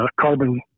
carbon